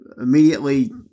immediately